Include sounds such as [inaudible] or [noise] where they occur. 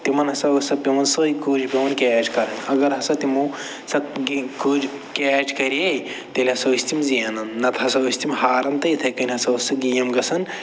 تِمن ہسا ٲس سۄ پٮ۪وان سۄے کٔج پٮ۪وان کیچ کَرٕنۍ اگر ہَسا تِمو سۄ [unintelligible] کٔج کیچ کَرے تیٚلہِ ہسا ٲسۍ تِم زینان نَہ تہٕ ہسا ٲسۍ تِم ہاران تہٕ یِتھَے کٔنۍ ہَسا ٲس سُہ گیم گَژھان